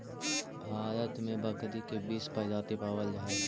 भारत में बकरी के बीस प्रजाति पावल जा हइ